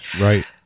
Right